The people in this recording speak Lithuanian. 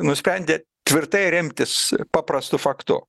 nusprendė tvirtai remtis paprastu faktu